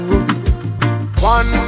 One